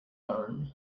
arm